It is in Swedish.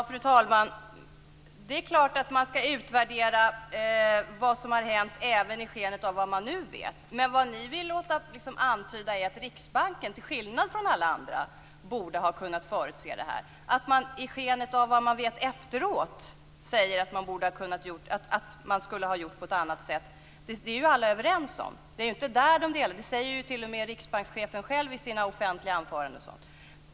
Fru talman! Det är klart att man skall utvärdera vad som har hänt även i skenet av vad man nu vet. Men vad ni vill låta antyda är att Riksbanken, till skillnad från alla andra, borde ha kunnat förutse detta och att man i skenet av vad man vet efteråt skulle ha gjort på ett annat sätt. Det är ju alla överens om. Det säger t.o.m. riksbankschefen själv i sina offentliga anföranden.